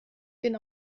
den